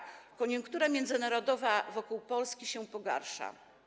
Koniunktura międzynarodowa wokół Polski się pogarsza.